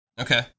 Okay